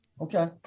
Okay